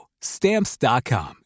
Stamps.com